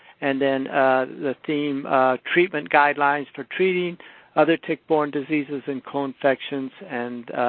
and and the theme treatment guidelines for treating other tick-borne diseases and co-infections and